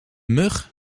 mug